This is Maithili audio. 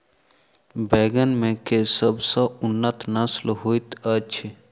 बैंगन मे केँ सबसँ उन्नत नस्ल होइत अछि?